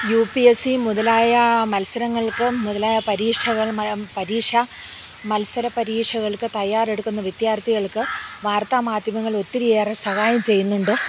U P S C മുതലായ മത്സരങ്ങൾക്കും മുതലായ പരീക്ഷകൾ പരീക്ഷ മത്സര പരീക്ഷകൾക്ക് തയ്യാറെെടുക്കുന്ന വിദ്യാർത്ഥികൾക്ക് വാർത്താ മാധ്യമങ്ങൾ ഒത്തിരിയേറെ സഹായം ചെയ്യുന്നുണ്ട്